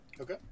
Okay